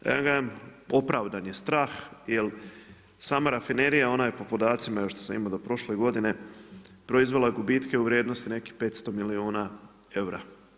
Ja kažem, opravdan je strah, jer sama rafinerija, ona je po podacima, evo što sam imao do prošle godine, proizvela gubitke u vrijednosti do nekih 500 milijuna eura.